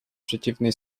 przeciwnej